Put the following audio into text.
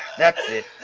that's it.